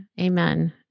amen